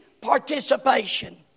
participation